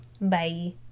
Bye